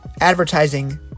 advertising